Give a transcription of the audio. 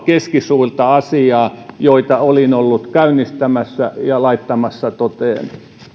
ja keskisuurta asiaa joita olin ollut käynnistämässä ja laittamassa toteen